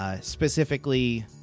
Specifically